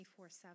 24-7